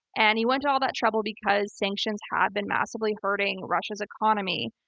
and he went to all that trouble because sanctions have been massively hurting russia's economy.